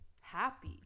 happy